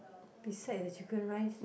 beside the chicken rice